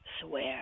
swear